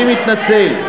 אני מתנצל.